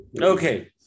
Okay